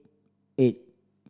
eight